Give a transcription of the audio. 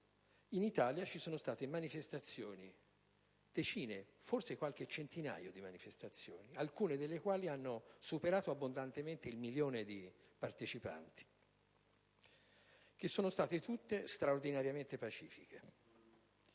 in Italia sono avvenute altre manifestazioni - decine e forse anche qualche centinaio - alcune delle quali hanno superato abbondantemente il milione di partecipanti, che sono state tutte straordinariamente pacifiche.